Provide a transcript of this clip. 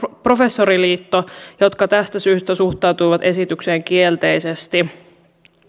professoriliitto jotka tästä syystä suhtautuivat esitykseen kielteisesti